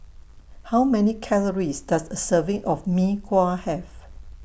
How Many Calories Does A Serving of Mee Kuah Have